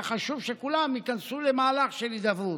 היה חשוב שכולם ייכנסו למהלך של הידברות.